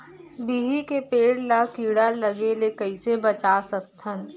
बिही के पेड़ ला कीड़ा लगे ले कइसे बचा सकथन?